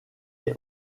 est